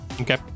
Okay